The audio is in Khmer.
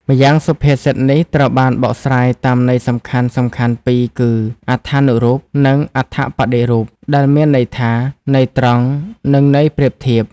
ម្យ៉ាងសុភាសិតនេះ ត្រូវបានបកស្រាយតាមន័យសំខាន់ៗពីរគឺ អត្ថានុរូប និង អត្ថប្បដិរូប ដែលមានន័យថា ន័យត្រង់និងន័យប្រៀបធៀប។